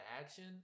action